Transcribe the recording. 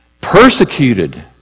persecuted